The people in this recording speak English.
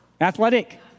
Athletic